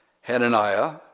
Hananiah